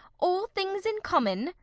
all things in common?